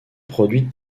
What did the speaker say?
produite